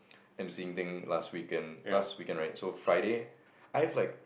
emceeing thing last weekend last weekend right so Friday I have like